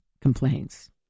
complaints